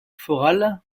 sont